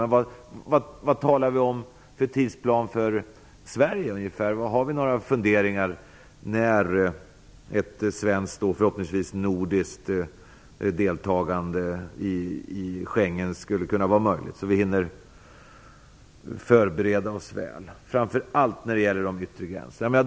Men vad talar vi om för tidsplan för Sverige? Har vi några funderingar om när ett svenskt, förhoppningsvis ett nordiskt, deltagande i Schengensamarbetet skulle vara möjligt? Vi behöver en sådan tidsplan så att vi hinner förbereda oss väl, framför allt när det gäller de yttre gränserna.